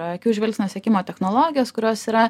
akių žvilgsnio sekimo technologijos kurios yra